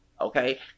okay